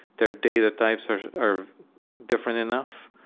their data types are are different enough.